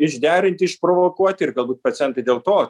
išderinti išprovokuoti ir galbūt pacientai dėl to